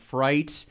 Fright